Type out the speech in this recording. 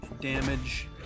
damage